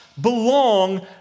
belong